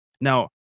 Now